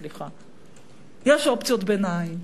סליחה, יש אופציות ביניים.